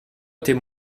était